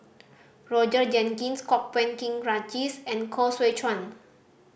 Roger Jenkins Kwok Peng Kin and Koh Seow Chuan